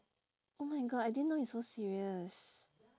oh my god I didn't know it's so serious